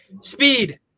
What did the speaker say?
Speed